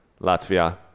Latvia